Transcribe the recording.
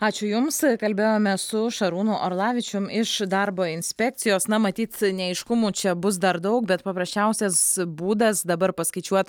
ačiū jums kalbėjome su šarūnu orlavičium iš darbo inspekcijos na matyt neaiškumų čia bus dar daug bet paprasčiausias būdas dabar paskaičiuot